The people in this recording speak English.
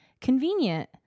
convenient